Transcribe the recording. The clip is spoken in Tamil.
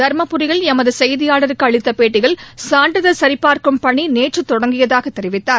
தர்மபுரியில் எமது செய்தியாளருக்கு அளித்த பேட்டியில் சானிறதழ் சரிபார்க்கும் பணி நேற்று தொடங்கியதாகத் தெரிவித்தார்